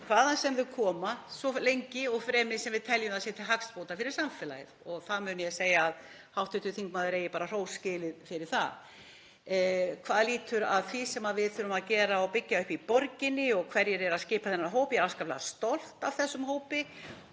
hvaðan sem þau koma, svo lengi og fremi sem við teljum að það sé til hagsbóta fyrir samfélagið. Það mun ég segja að hv. þingmaður á hrós skilið fyrir það. Hvað lýtur að því sem við þurfum að gera og byggja upp í borginni og hverjir eru að skipa þennan hóp þá er ég afskaplega stolt af þessum hópi.